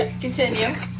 Continue